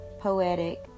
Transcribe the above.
poetic